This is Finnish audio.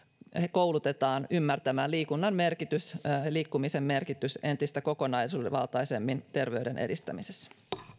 koulutetaan ymmärtämään liikunnan liikkumisen merkitys entistä kokonaisvaltaisemmin terveyden edistämisessä